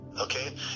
Okay